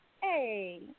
Hey